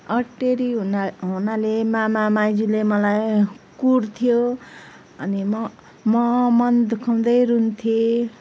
अटेरी हुना हुनाले मामा माइजूले मलाई कुट्थ्यो अनि म म मन दुखाउँदै रुन्थेँ